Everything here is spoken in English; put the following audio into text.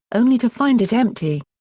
only to find it empty.